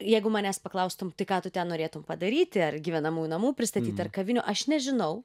jeigu manęs paklaustum tai ką tu ten norėtum padaryti ar gyvenamųjų namų pristatyt ar kavinių aš nežinau